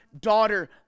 daughter